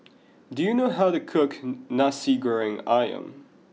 do you know how to cook Nasi Goreng Ayam